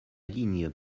ligne